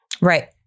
right